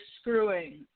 screwing